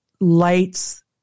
lights